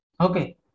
Okay